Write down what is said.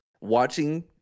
watching